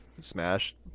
Smash